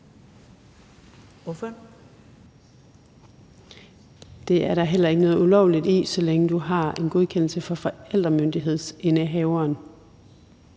(EL): Det er der heller ikke noget ulovligt i, så længe du har en godkendelse fra forældremyndighedsindehaveren.